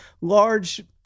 large